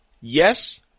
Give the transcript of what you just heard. yes